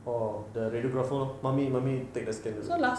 oh the radiographers lor mummy mummy take the scan dulu